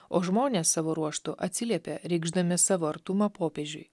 o žmonės savo ruožtu atsiliepė reikšdami savo artumą popiežiui